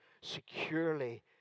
securely